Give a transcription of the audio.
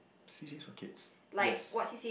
C_C_As for kids yes